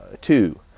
two